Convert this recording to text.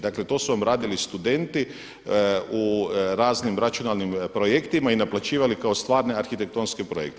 Dakle, to su vam radili studenti u raznim računalnim projektima i naplaćivali kao stvarne arhitektonske projekte.